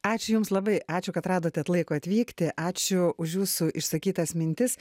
ačiū jums labai ačiū kad radote laiko atvykti ačiū už jūsų išsakytas mintis